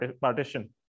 partition